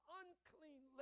unclean